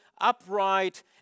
upright